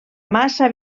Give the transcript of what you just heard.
massa